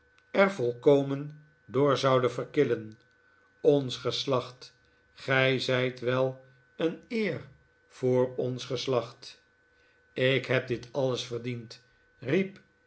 er volkomen door zouden verkillen ons geslacht gij zijt wel een eer voor ns geslacht ik heb dit alles verdiend riep